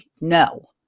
no